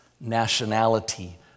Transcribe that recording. nationality